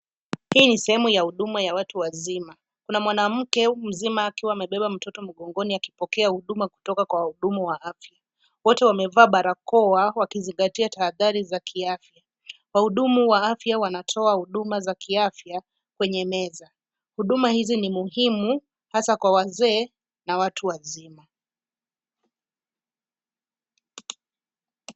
Hii sehemu ya huduma ya watu wazima, kuna mwanamke mzima akiwa amebeba mtoto mgongoni akipokea huduma kutoka kwa wahudumu wa afya. Wote wamevaa barakoa wakizingatia tahadhari za kiafya. Wahudumu wa afya wanatoa huduma za kiafya kwenye meza. Huduma hizi ni muhimu hasa kwa wazee na watu wazima.